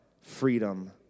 freedom